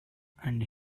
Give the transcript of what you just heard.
and